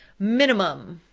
minimum.